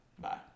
Bye